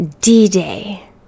D-Day